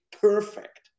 perfect